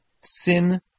sin